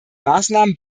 maßnahmen